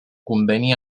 conveni